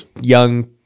young